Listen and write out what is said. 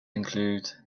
include